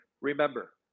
remember